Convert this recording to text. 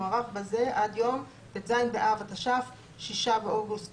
מוארך בזה עד יום ט"ז באב התש"ף (6 באוגוסט